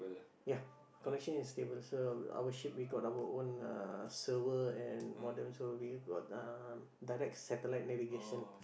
ya connection is stable so our ship we got our own uh server and modem so we got uh direct satellite navigation